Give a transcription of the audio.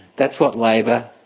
that's what labor,